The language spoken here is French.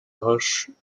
roches